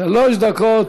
שלוש דקות,